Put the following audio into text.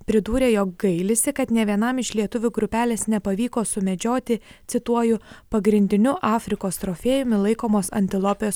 pridūrė jog gailisi kad nė vienam iš lietuvių grupelės nepavyko sumedžioti cituoju pagrindiniu afrikos trofėjumi laikomos antilopės